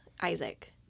Isaac